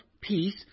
peace